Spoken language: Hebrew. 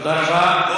תודה רבה.